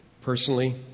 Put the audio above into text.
personally